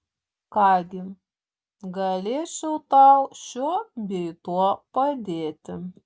ką gi galėčiau tau šiuo bei tuo padėti